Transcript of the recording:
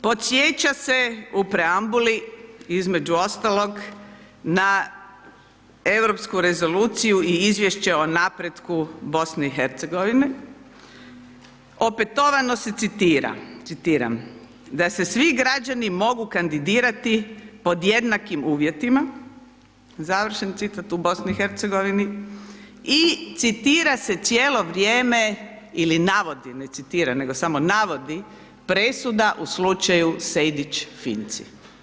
Podsjeća se u preambuli između ostalog na Europsku rezoluciju i izvješće o napretku BiH-a, opetovano se citira, citiram “da se svi građani mogu kandidirati pod jednakim uvjetima“, završen citat, u BiH-u, i citira se cijelo vrijeme ili navodi, ne citira nego samo navodi, presuda u slučaju Sejdić-Finci.